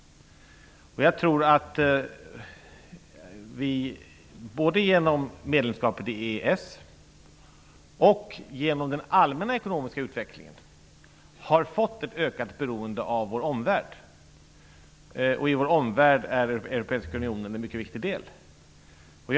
Jag tror att vi både genom medlemskapet i EES och genom den allmänna ekonomiska utvecklingen har fått ett ökat beroende av vår omvärld. Europeiska unionen är en mycket viktig del i vår omvärld.